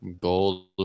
Gold